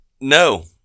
No